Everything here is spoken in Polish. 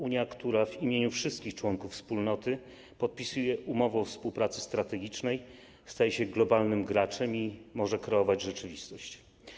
Unia, która w imieniu wszystkich członków wspólnoty podpisuję umowę o współpracy strategicznej, staje się globalnym graczem i może kreować rzeczywistość.